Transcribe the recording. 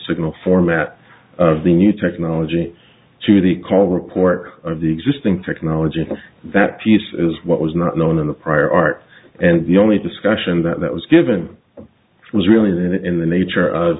signal format of the new technology to the call report of the existing technology and that piece is what was not known in the prior art and the only discussion that that was given was really the in the nature of